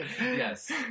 yes